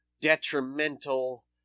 detrimental